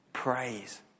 praise